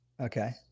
Okay